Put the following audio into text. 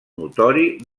notori